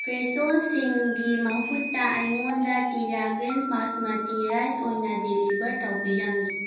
Fresho ꯁꯤꯡꯒꯤ ꯃꯍꯨꯠꯇ ꯑꯩꯉꯣꯟꯗ ꯇꯤꯔꯥ ꯒ꯭ꯔꯤꯟꯁ ꯕꯥꯁꯃꯥꯇꯤ ꯔꯥꯏꯁ ꯑꯣꯏꯅ ꯗꯤꯂꯤꯕꯔ ꯇꯧꯕꯤꯔꯝꯃꯤ